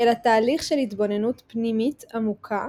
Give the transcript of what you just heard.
אלא תהליך של התבוננות פנימית עמוקה